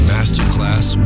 Masterclass